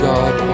God